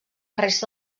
resta